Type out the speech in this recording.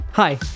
Hi